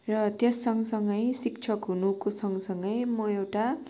र त्यस सँगसँगै शिक्षक हुनुको सँगसँगै म एउटा